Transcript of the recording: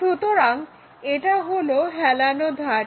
সুতরাং এটা হলো হেলানো ধারটি